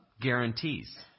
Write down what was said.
guarantees